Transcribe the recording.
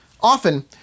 Often